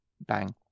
bang